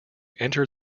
enter